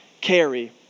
carry